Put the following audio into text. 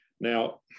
Now